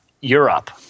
Europe